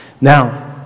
now